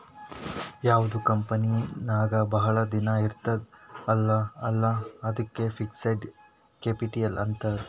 ಯಾವ್ದು ಕಂಪನಿ ನಾಗ್ ಭಾಳ ದಿನ ಇರ್ತುದ್ ಅಲ್ಲಾ ಅದ್ದುಕ್ ಫಿಕ್ಸಡ್ ಕ್ಯಾಪಿಟಲ್ ಅಂತಾರ್